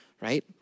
right